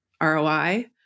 roi